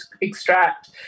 extract